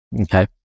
Okay